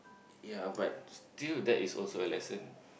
ya but still that is also a lesson